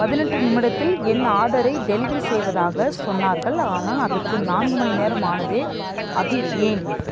பதினெட்டு நிமிடத்தில் என் ஆடரை டெலிவரி செய்வதாக சொன்னார்கள் ஆனால் அதற்கு நான்கு மணிநேரம் ஆனதே அது ஏன்